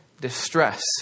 distress